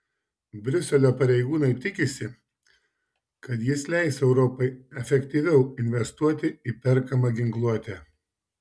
briuselio pareigūnai tikisi kad jis leis europai efektyviau investuoti į perkamą ginkluotę